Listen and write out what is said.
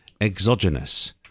exogenous